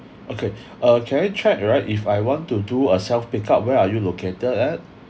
okay uh can I check right if I want to do a self pick up where are you located at